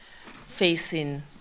facing